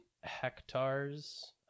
hectares